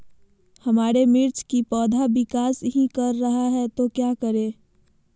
हमारे मिर्च कि पौधा विकास ही कर रहा है तो क्या करे?